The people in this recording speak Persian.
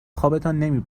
خوابتان